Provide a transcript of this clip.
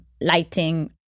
lighting